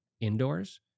indoors